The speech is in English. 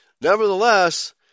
Nevertheless